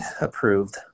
approved